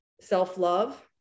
self-love